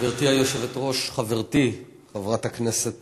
גברתי היושבת-ראש, חברתי חברת הכנסת